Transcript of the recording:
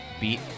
beat